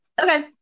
okay